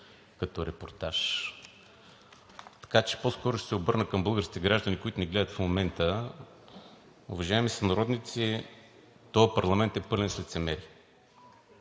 като репортаж. Така че по-скоро ще се обърна към българските граждани, които ни гледат в момента. Уважаеми сънародници, този парламент е пълен с лицемери.